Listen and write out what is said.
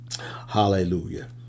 Hallelujah